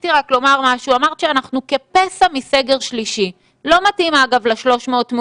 שאנחנו מראים ומסבירים בתקשורת ובעוד